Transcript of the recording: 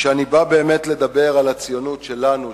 כשאני בא באמת לדבר על הציונות שלנו,